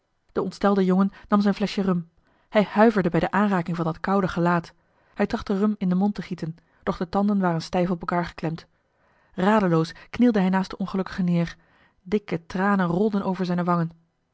de ontstelde jongen nam zijn fleschje rum hij huiverde bij de aanraking van dat koude gelaat hij trachtte rum in den mond te gieten doch de tanden waren stijf op elkaar geklemd radeloos knielde hij naast den ongelukkige neer dikke tranen rolden over zijne wangen